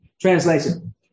Translation